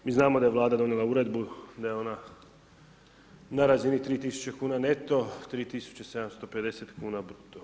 Mi znamo da je Vlada donijela Uredbu, da je ona na razini 3 tisuće kuna neto, 3 tisuće 750 kuna bruto.